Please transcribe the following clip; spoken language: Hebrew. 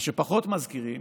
מה שפחות מזכירים